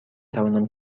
توانم